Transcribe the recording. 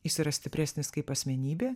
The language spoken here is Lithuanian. jis yra stipresnis kaip asmenybė